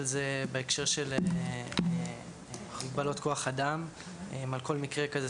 זה בהקשר של מגבלות כוח אדם על כל מקרה כזה.